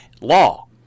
law